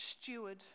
steward